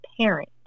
parent